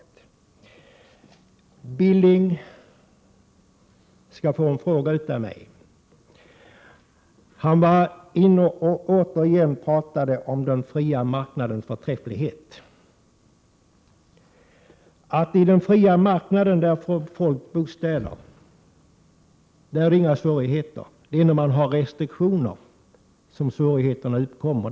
Knut Billing skall få en fråga av mig. Han talade återigen om den fria marknadens förträfflighet. Där man har en fri marknad, där får folk bostäder, sade han. Där finns inga svårigheter. Det är när man har restriktioner som svårigheterna uppkommer.